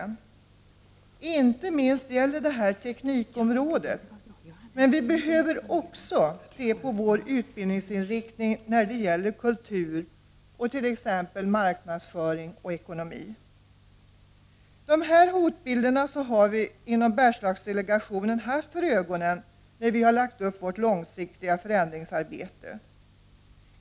Inte minst gäller detta teknikområdet, men vi behöver också se på vår utbildningsinriktning när det gäller kultur och t.ex. marknadsföring och ekonomi. Dessa hotbilder har vi inom Bergslagsdelegationen haft för ögonen när vi har lagt upp vårt långsiktiga förändringsarbete.